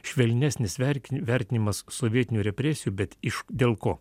švelnesnis verki vertinimas sovietinių represijų bet iš dėl ko